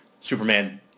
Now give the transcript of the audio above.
Superman